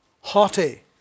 haughty